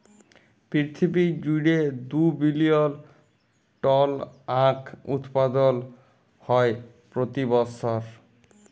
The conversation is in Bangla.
পিরথিবী জুইড়ে দু বিলিয়ল টল আঁখ উৎপাদল হ্যয় প্রতি বসর